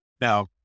Now